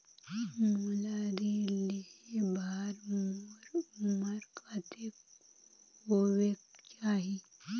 मोला ऋण लेहे बार मोर उमर कतेक होवेक चाही?